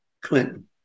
Clinton